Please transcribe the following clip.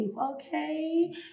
okay